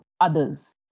others